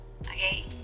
okay